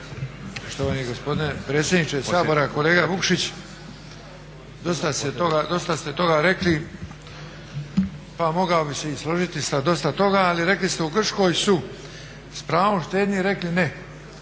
Poštovani gospodine predsjedniče Sabora. Kolega Vukšić dosta ste toga rekli pa mogao bih se i složiti sa dosta toga ali rekli ste u Grčkoj su s pravom štednji rekli ne.